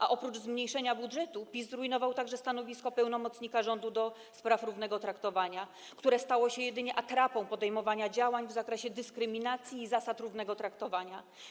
A oprócz zmniejszenia budżetu PiS zrujnował także stanowisko pełnomocnika rządu do spraw równego traktowania, które stało się jedynie atrapą podejmowania działań w zakresie dyskryminacji i zasad równego traktowania.